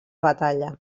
batalla